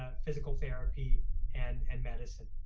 ah physical therapy and and medicine,